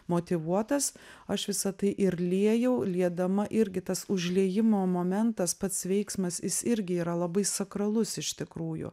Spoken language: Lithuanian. motyvuotas aš visa tai ir liejau liedama irgi tas užliejimo momentas pats veiksmas jis irgi yra labai sakralus iš tikrųjų